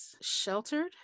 sheltered